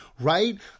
right